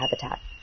habitat